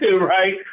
right